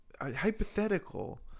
Hypothetical